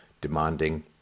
demanding